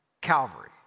Calvary